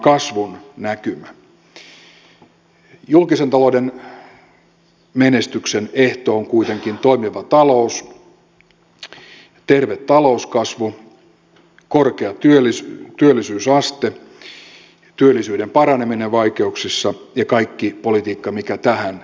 julkisen talouden menestyksen ehto on kuitenkin toimiva talous terve talouskasvu korkea työllisyysaste työllisyyden paraneminen vaikeuksissa ja kaikki politiikka mikä tähän liittyy